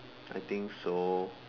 I think so